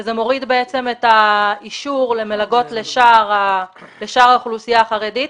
וזה בעצם מוריד את האישור למלגות לשאר האוכלוסייה החרדית,